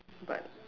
but